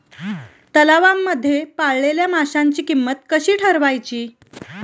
तलावांमध्ये पाळलेल्या माशांची किंमत कशी ठरवायची?